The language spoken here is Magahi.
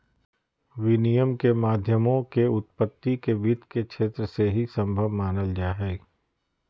विनिमय के माध्यमों के उत्पत्ति के वित्त के क्षेत्र से ही सम्भव मानल जा हइ